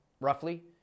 Roughly